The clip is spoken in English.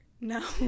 no